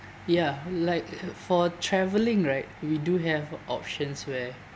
ya like for travelling right we do have options where